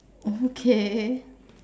okay